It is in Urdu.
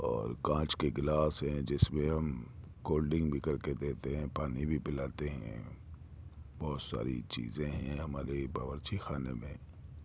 اور کانچ کے گلاس ہیں جس میں ہم کول ڈنک بھی کر کے دیتے ہیں پانی بھی پلاتے ہیں بہت ساری چیزیں ہیں ہمارے باورچی خانے میں